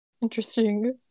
Interesting